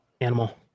animal